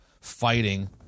fighting